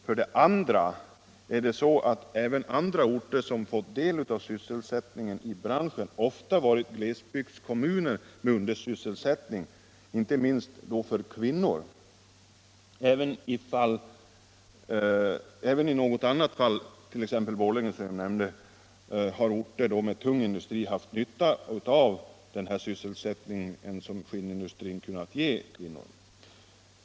För det andra har även övriga orter som fått del av sysselsättningen i branschen ofta varit glesbygdskommuner med undersysselsättning, inte minst för kvinnor. Även i något annat fall, t.ex. Borlänge, har orter med tung industri haft nytta av den sysselsättning som skinnindustrin kunnat ge kvinnor.